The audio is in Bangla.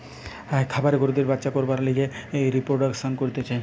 খামারে গরুদের বাচ্চা করবার লিগে রিপ্রোডাক্সন করতিছে